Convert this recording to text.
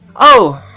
oh,